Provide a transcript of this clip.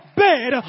bed